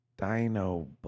Dino